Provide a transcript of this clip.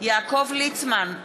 יעקב ליצמן,